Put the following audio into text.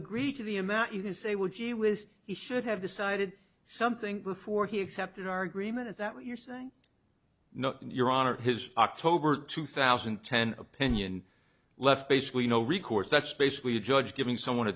agree to the amount you can say would you with he should have decided something before he accepted our agreement is that what you're saying no your honor his october two thousand and ten opinion left basically no recourse that's basically a judge giving someone a